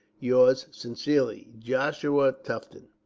yours sincerely, joshua tufton.